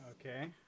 Okay